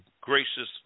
gracious